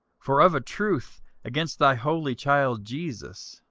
for of a truth against thy holy child jesus,